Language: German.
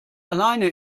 alleine